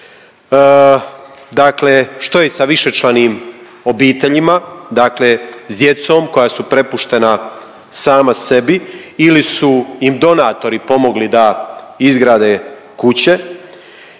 Dakle, što je sa višečlanim obiteljima, dakle sa djecom koja su prepuštena sama sebi ili su im donatori pomogli da izgrade kuće.